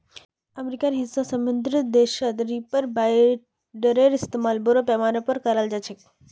अमेरिकार हिस्सा समृद्ध देशत रीपर बाइंडरेर इस्तमाल बोरो पैमानार पर कराल जा छेक